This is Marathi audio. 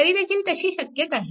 तरीदेखील तशी शक्यता आहे